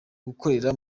gukorera